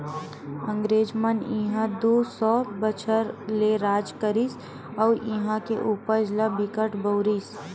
अंगरेज मन इहां दू सौ बछर ले राज करिस अउ इहां के उपज ल बिकट बउरिस